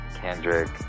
Kendrick